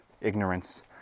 ignorance